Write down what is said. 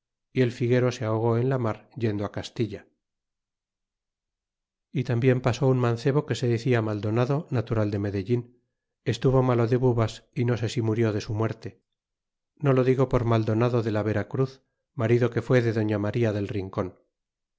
y el figuero se ahogó en la mar yendo castilla e tambien pasó un mancebo que se decia maldonado natural de medellin estuvo malo de bubas é no sé si murió de su muerte no lo digo por maldonado de la vera cruz marido que fué de doña maría del rincon